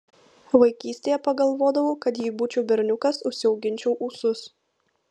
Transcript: vaikystėje pagalvodavau kad jei būčiau berniukas užsiauginčiau ūsus